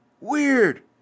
Weird